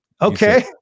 Okay